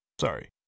Sorry